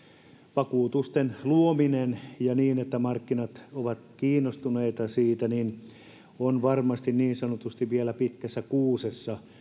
vakuutusten luominen ja niin että markkinat ovat kiinnostuneita siitä on varmasti vielä niin sanotusti pitkässä kuusessa